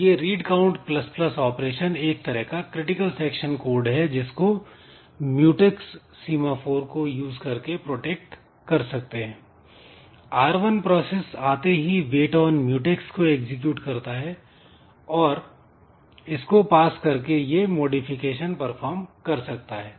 तो यह read count plus plus operation एक तरह का क्रिटिकल सेक्शन कोड है जिसको म्यूटैक्स सीमाफोर को यूज करके प्रोटेक्ट कर सकते हैं R1 प्रोसेस आते ही वेट ऑन म्यूटैक्स को एग्जीक्यूट करता है और इसको पास करके यह मॉडिफिकेशन परफॉर्म कर सकता है